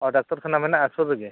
ᱚᱻ ᱰᱟᱠᱛᱚᱨ ᱠᱷᱟᱱᱟ ᱢᱮᱱᱟᱜᱼᱟ ᱥᱩᱨ ᱨᱮᱜᱮ